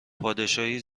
پادشاهی